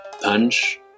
punch